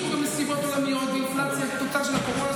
יש פה גם נסיבות עולמיות ואינפלציה שהיא תוצר של הקורונה.